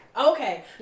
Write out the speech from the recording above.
Okay